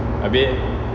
abeh